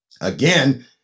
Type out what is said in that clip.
Again